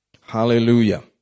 Hallelujah